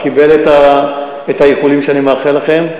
קיבל את האיחולים שאני מאחל לכם,